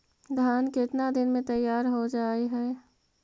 धान केतना दिन में तैयार हो जाय है?